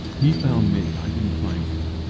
he found me, i didn't find him.